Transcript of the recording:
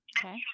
Okay